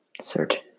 certain